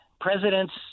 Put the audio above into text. Presidents